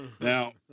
Now